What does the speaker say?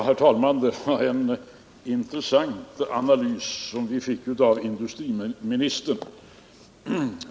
Herr talman! Det är en intressant analys som vi får av industriministern.